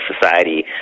society